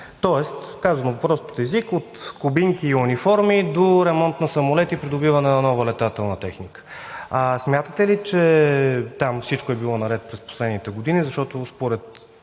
тоест, казано на прост език, от кубинки и униформи до ремонт на самолети и придобиване на нова летателна техника. Смятате ли, че там всичко е било наред през последните години? Защото според